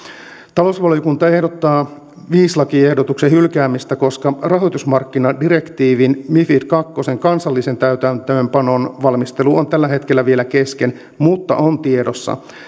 talousvaliokunta ehdottaa viidennen lakiehdotuksen hylkäämistä koska rahoitusmarkkinadirektiivin mifid kahden kansallisen täytäntöönpanon valmistelu on tällä hetkellä vielä kesken mutta on tiedossa